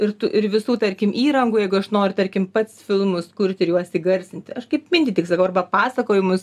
ir tu ir visų tarkim įrangų jeigu aš noriu tarkim pats filmus kurti ir juos įgarsinti aš kaip mintį tik sakau arba pasakojimus